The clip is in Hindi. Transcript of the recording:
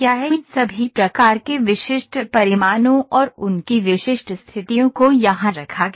इन सभी प्रकार के विशिष्ट परिमाणों और उनकी विशिष्ट स्थितियों को यहाँ रखा गया है